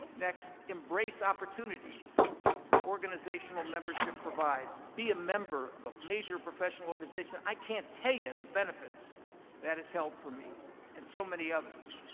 next, embrace opportunities that organizational membership provides. be a member of a major professional organization. i can't tell you the benefits that has held for me and so many others.